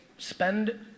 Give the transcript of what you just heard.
spend